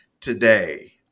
today